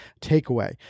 takeaway